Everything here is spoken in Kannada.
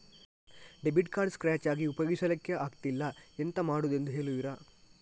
ಡೆಬಿಟ್ ಕಾರ್ಡ್ ಸ್ಕ್ರಾಚ್ ಆಗಿ ಉಪಯೋಗಿಸಲ್ಲಿಕ್ಕೆ ಆಗ್ತಿಲ್ಲ, ಎಂತ ಮಾಡುದೆಂದು ಹೇಳುವಿರಾ?